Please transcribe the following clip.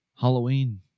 Halloween